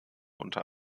unter